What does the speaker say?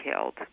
killed